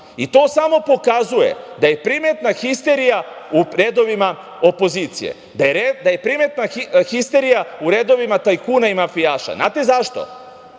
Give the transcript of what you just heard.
i to samo pokazuje da je primetna histerija u redovima opozicije, da je primetna histerija u redovima tajkuna i mafijaša. Da li znate zašto?